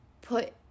put